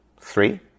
Three